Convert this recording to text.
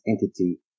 entity